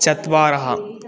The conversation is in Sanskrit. चत्वारः